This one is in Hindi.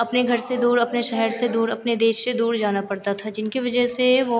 अपने घर से दूर अपने शहर से दूर अपने देश से दूर जाना पड़ता था जिनकी वजह से वे